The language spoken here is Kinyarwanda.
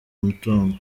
umutungo